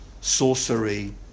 sorcery